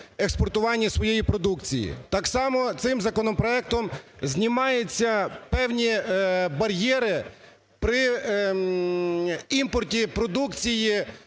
експортуванні своєї продукції. Так само цим законопроектом знімаються певні бар'єри при імпорті продукції